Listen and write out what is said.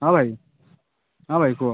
ହଁ ଭାଇ ହଁ ଭାଇ କୁହ